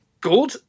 good